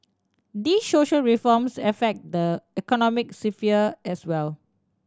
these social reforms affect the economic sphere as well